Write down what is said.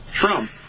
Trump